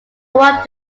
one